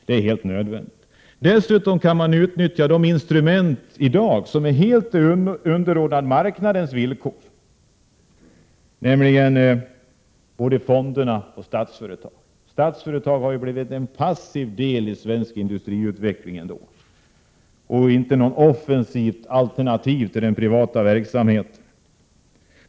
Det är helt nödvändigt. Dessutom kan man utnyttja de instrument som i dag är helt underordnade marknadens villkor, nämligen fonderna och Statsföretag. Statsföretag har ju blivit en passiv del i svensk industriutveckling och inte något offensivt alternativ till den privata verksamheten.